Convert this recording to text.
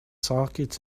sockets